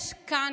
יש כאן,